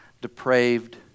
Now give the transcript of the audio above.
depraved